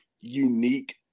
unique